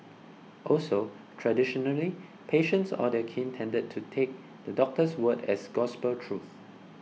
also traditionally patients or their kin tended to take the doctor's word as gospel truth